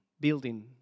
building